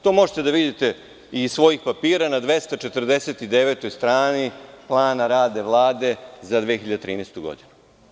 To možete da vidite iz svojih papira na 249 strani plana rada Vlade za 2013. godinu.